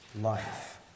life